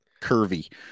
curvy